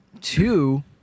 two